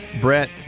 Brett